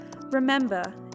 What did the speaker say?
Remember